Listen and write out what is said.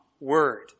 word